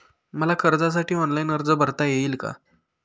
मला कर्जासाठी ऑनलाइन अर्ज भरता येईल का?